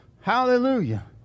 Hallelujah